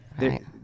Right